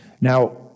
Now